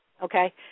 Okay